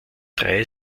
drei